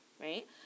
right